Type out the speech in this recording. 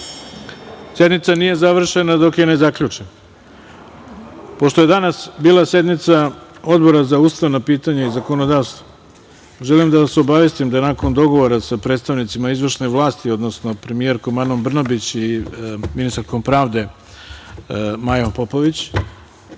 Sednica nije završena dok je ne zaključim. Pošto je danas bila sednica Odbora za ustavna pitanja i zakonodavstvo, želim da vas obavestim da nakon dogovora sa predstavnicima izvršne vlasti, odnosno premijerkom Anom Brnabić i ministarkom pravde Majom Popović,